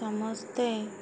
ସମସ୍ତେ